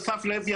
אסף לוי,